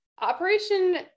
operation